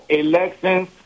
elections